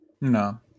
No